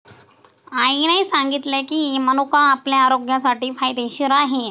आईने सांगितले की, मनुका आपल्या आरोग्यासाठी फायदेशीर आहे